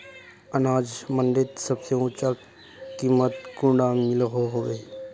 अनाज मंडीत सबसे ऊँचा कीमत कुंडा मिलोहो होबे?